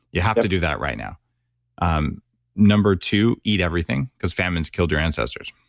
you have to do that right now um number two, eat everything because famines killed your ancestors.